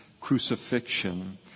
crucifixion